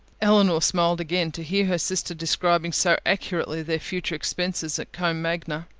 elinor smiled again, to hear her sister describing so accurately their future expenses at combe magna.